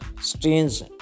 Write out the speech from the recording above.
strange